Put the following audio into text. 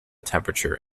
temperature